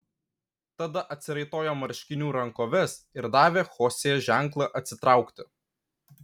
tada atsiraitojo marškinių rankoves ir davė chosė ženklą atsitraukti